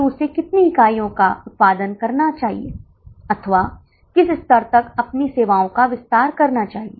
तो 80 छात्रों के लिए कितनी बसों की आवश्यकता होगी